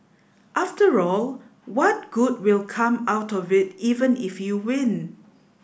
after all what good will come out of it even if you win